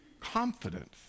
confidence